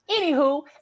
Anywho